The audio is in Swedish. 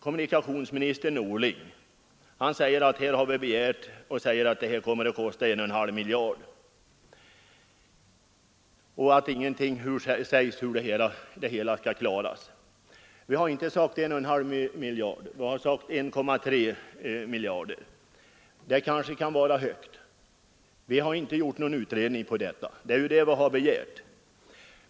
Kommunikationsministern påstår att vi sagt att det vi begärt kommer att kosta 1,5 miljarder kronor och att vi inte anvisat hur detta skall klaras. Vi har inte sagt 1,5 utan 1,3 miljarder. Det är kanske för mycket tilltaget — vi har inte gjort någon utredning om detta, utan en sådan är ju vad vi begärt.